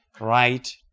right